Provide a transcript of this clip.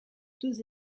deux